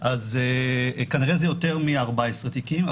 אז כנראה שזה יותר מ-14 תיקים.